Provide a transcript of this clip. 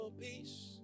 peace